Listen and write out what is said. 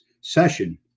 session